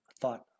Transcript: thought